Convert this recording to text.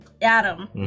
Adam